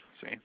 See